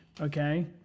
okay